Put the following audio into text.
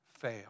fail